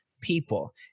people